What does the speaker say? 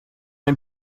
ein